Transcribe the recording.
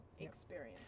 experience